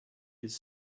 his